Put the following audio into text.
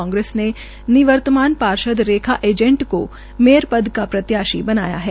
कांग्रेस ने विवर्तमान पार्षद रेखा ऐजंट को मेयर पद का प्रत्याशी बनाया है